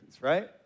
right